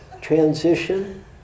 transition